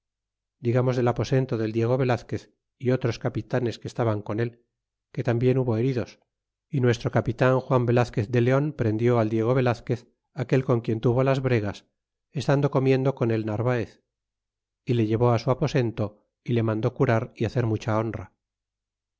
digamos del aposento del diego velazquez y otros capitanes que estaban con él que tambien hubo heridos y nuestro capitan juan velazquez de leon prendió al diego velazquez aquel con quien tuvo las bregas estando comiendo con el narvaez y le llevó á su aposento y le mandó curar y hacer mucha honra